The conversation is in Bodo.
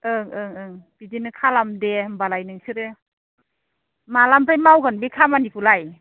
ओं ओं ओं बिदिनो खालाम दे होमबालाय नोंसोरो मालानिफ्राय मावगोन बे खामानिखौलाय